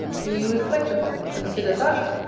do you reflect upon? consider that.